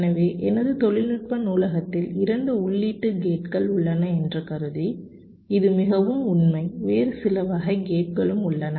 எனவே எனது தொழில்நுட்ப நூலகத்தில் 2 உள்ளீட்டு கேட்கள் உள்ளன என்று கருதி இது மிகவும் உண்மை வேறு சில வகை கேட்களும் உள்ளன